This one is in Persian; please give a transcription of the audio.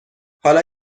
حالا